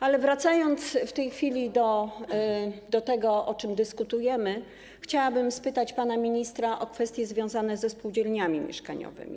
Ale wracając w tej chwili do tego, o czym dyskutujemy, chciałabym spytać pana ministra o kwestie związane ze spółdzielniami mieszkaniowymi.